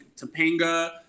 Topanga